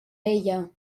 ella